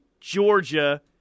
Georgia